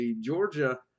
Georgia